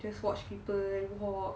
just watch people walk